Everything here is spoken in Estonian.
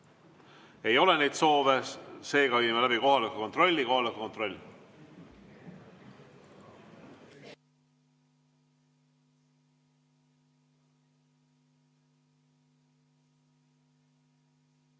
Ei ole neid soove, seega viime läbi kohaloleku kontrolli.